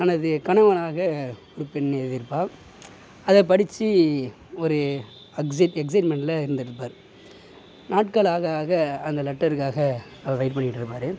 தனது கணவராக ஒரு பெண் எழுதியிருப்பாள் அதை படித்து ஒரு எக்ஸைட்மென்ட்ல இருந்திருப்பார் நாட்கள் ஆக ஆக அந்த லெட்டருக்காக அவர் வெயிட் பண்ணிகிட்டு இருப்பார்